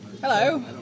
Hello